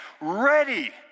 ready